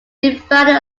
divided